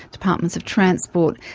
departments of transport,